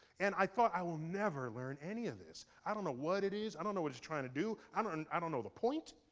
and i thought i will never learn any of this. i don't know what it is, i don't know what it's trying to do, i don't and i don't know the point.